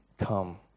come